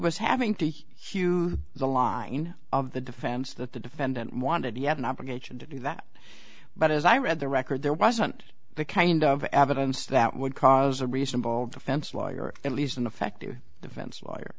was having to hew the line of the defense that the defendant wanted you have an obligation to do that but as i read the record there wasn't the kind of evidence that would cause a reasonable defense lawyer at least an effective defense lawyer